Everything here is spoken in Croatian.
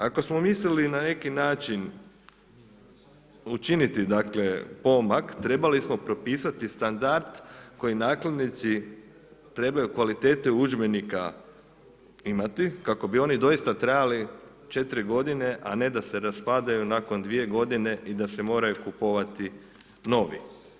Ako smo mislili na neki načini učiniti dakle pomak, trebali smo propisati standard koji nakladnici trebaju kvalitete udžbenika imati, kako bi oni doista trajali 4 godine, a ne da se raspadaju nakon dvije godine i da se moraju kupovati novi.